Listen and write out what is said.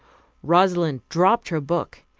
rosalind dropped her book,